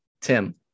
Tim